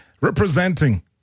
representing